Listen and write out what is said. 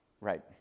right